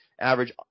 average